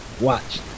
Watch